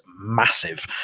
massive